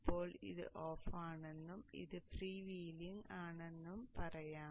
ഇപ്പോൾ ഇത് ഓഫാണെന്നും ഇത് ഫ്രീ വീലിംഗ് ആണെന്നും പറയാം